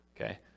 Okay